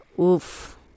Oof